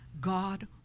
God